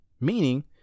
Meaning